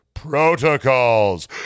protocols